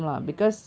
ya